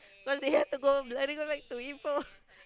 but they have to go let him go back to him for